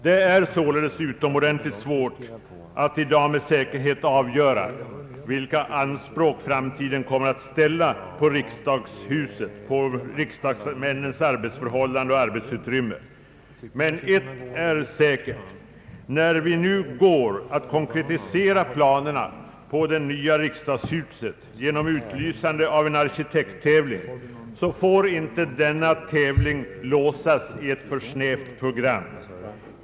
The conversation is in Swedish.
Det är således utomordentligt svårt att i dag med säkerhet avgöra vilka anspråk framtiden kommer att ställa på riksdagsmännens arbetsförhållanden och arbetsutrymme. Ett är dock säkert: När vi nu går att konkretisera planerna på det nya riksdagshuset genom utlysande av en arkitekttävling får inte denna tävling låsas i ett för snävt program.